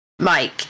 Mike